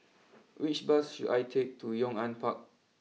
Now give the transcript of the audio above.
which bus should I take to Yong an Park